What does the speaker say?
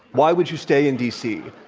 why would you stay in d. c,